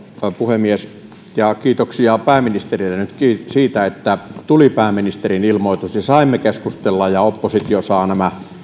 puhemies kiitoksia pääministerille nyt siitä että tuli pääministerin ilmoitus ja saimme keskustella ja oppositio saa nämä